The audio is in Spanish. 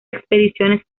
expediciones